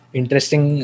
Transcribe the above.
interesting